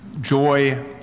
joy